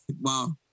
Wow